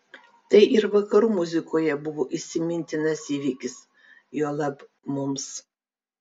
tai ir vakarų muzikoje buvo įsimintinas įvykis juolab mums